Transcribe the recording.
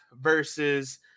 versus